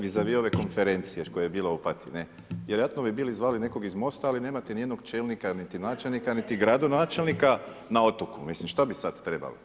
Vizavi ove konferencije koja je bila u Opatiji, vjerojatno bi bili zvali nekog iz Mosta, ali nemate nijednog čelnika , niti načelnika, niti gradonačelnika na otoku, mislim šta bi sad trebali?